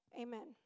amen